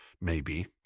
Maybe